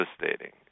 devastating